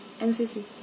NCC